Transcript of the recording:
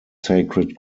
sacred